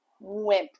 wimp